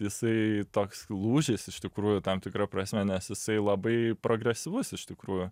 jisai toks lūžis iš tikrųjų tam tikra prasme nes jisai labai progresyvus iš tikrųjų